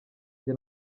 njye